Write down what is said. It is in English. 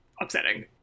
upsetting